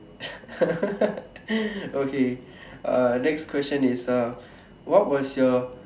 okay uh next question is uh what was your